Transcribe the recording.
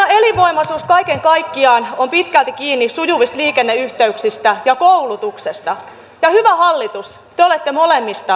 maakunnan elinvoimaisuus kaiken kaikkiaan on pitkälti kiinni sujuvista liikenneyhteyksistä ja koulutuksesta ja hyvä hallitus te olette molemmista leikkaamassa